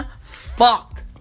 Fuck